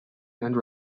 and